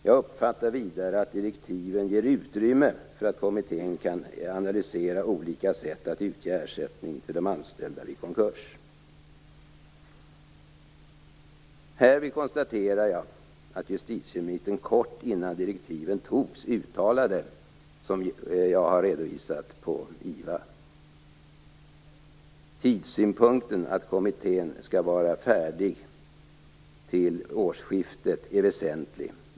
Jag uppfattar det vidare så att direktiven ger utrymme för kommittén att analysera olika sätt att utge ersättning till de anställda vid konkurs. Härvid konstaterar jag att justitieministern kort innan direktiven togs gjorde det uttalande som jag har redovisat från IVA. Tidssynpunkten - att kommittén skall vara färdig med sitt arbete till årsskiftet - är väsentlig.